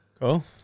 Cool